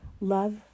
Love